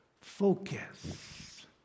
Focus